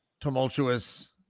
tumultuous